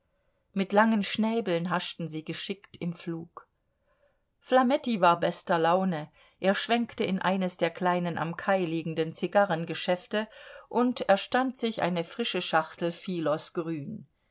mit langen schnäbeln haschten sie geschickt im flug flametti war bester laune er schwenkte in eines der kleinen am kai liegenden zigarrengeschäfte und erstand sich eine frische schachtel philos grün